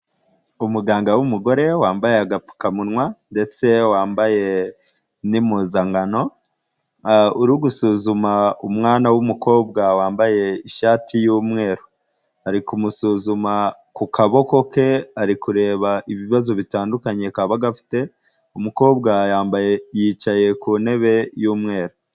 Umuganga w'umugore wambaye agapfukamunwa ndetse wa n'impuzankano, uri gusuzuma umwana w'umukobwa wambaye ishati y'umweru, ari kumusuzuma ku kaboko ke, ari kureba ibibazo bitandukanye kaba gafite, umukobwa yambaye, yicaye ku ntebe y'umweru.